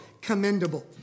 commendable